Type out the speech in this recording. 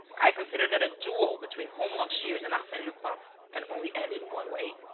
i consider that a duel between holmlock shears and arsene lupin can only end in one way.